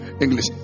english